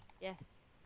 Yes